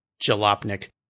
Jalopnik